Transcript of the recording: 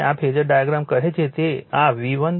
હવે આ I0 છે કે નો લોડ કરંટ છે અને આ I2 છે અને આ I1 છે